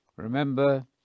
Remember